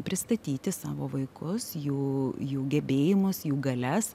pristatyti savo vaikus jų jų gebėjimus jų galias